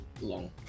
long